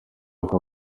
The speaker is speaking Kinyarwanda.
uko